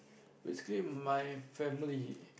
basically my family